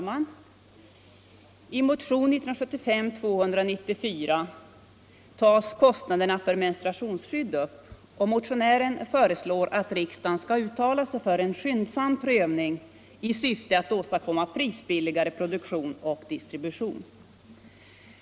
Herr talman! I motionen 294 tas kostnaderna för menstruationsskydd upp, och motionärerna föreslår att riksdagen skall uttala sig för en skyndsam prövning i syfte att åstadkomma prisbilligare produktion och distribution.